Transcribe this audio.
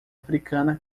africana